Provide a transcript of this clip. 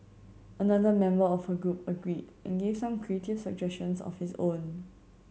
another member of her group agreed and gave some creative suggestions of his own